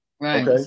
Right